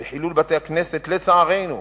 וחילול בתי-כנסת, לצערנו,